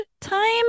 time